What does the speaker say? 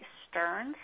stern